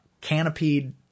canopied